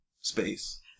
space